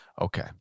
okay